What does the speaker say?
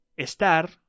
estar